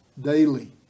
daily